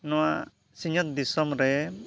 ᱱᱚᱣᱟ ᱥᱤᱧ ᱚᱛ ᱫᱤᱥᱚᱢ ᱨᱮ